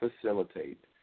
facilitate